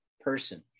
person